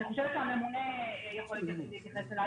אני חושבת שהממונה על השיתוף בנתוני אשראי,